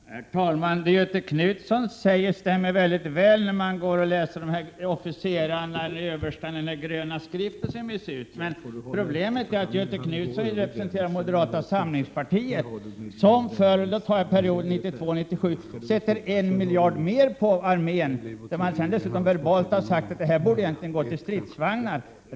Herr talman! Det som Göthe Knutson säger stämmer väl med vad som sägs av överstarna och de andra officerarna, liksom i den gröna skriften som getts ut. Men problemet är att Göthe Knutson representerar moderata samlingspartiet som för perioden 1992-1997 vill ge armén 1 miljard mer till brigader. Man har dessutom sagt att miljarden främst borde satsas på stridsvagnar.